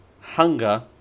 Hunger